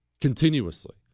Continuously